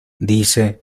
dice